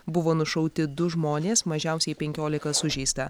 buvo nušauti du žmonės mažiausiai penkiolika sužeista